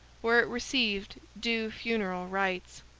where it received due funeral rites.